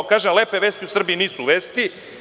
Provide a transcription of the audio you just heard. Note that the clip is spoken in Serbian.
Kažem, lepe vesti u Srbiji nisu vesti.